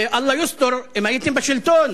ואללה יוסתור, אם הייתם בשלטון,